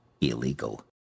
illegal